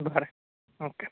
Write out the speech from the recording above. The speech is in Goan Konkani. बरें ओके